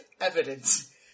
evidence